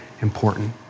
important